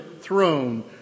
throne